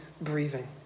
breathing